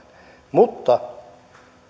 mutta